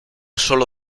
solo